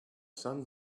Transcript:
sun